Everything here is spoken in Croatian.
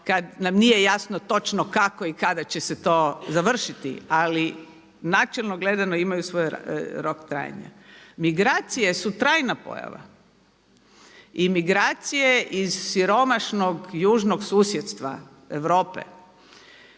kad nam nije jasno točno kako i kada će se to završiti. Ali načelno gledano imaju svoj rok trajanja. Migracije su trajna pojava, imigracije iz siromašnog južnog susjedstva Europe